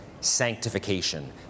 sanctification